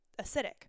acidic